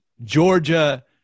Georgia